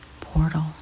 Portal